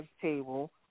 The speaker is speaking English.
table